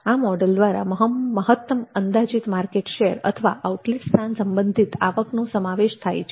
આ મોડેલ દ્વારા મહત્તમ અંદાજિત માર્કેટ શેર અથવા આઉટલેટ સંસ્થાન સંબંધિત આવકનો સમાવેશ થાય છે